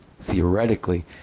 theoretically